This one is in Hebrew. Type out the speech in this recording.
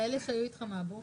הישיבה ננעלה בשעה